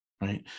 right